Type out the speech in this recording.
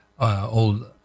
Old